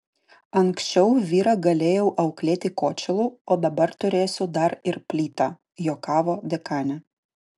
anksčiau vyrą galėjau auklėti kočėlu o dabar turėsiu dar ir plytą juokavo dekanė